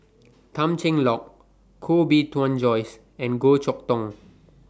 Tan Cheng Lock Koh Bee Tuan Joyce and Goh Chok Tong